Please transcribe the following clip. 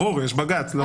ברור, יש בג"צ, מה?